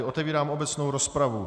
Otevírám obecnou rozpravu.